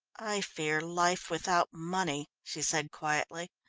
i fear life without money, she said quietly.